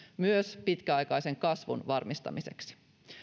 myös pitkäaikaisen kasvun varmistamiseksi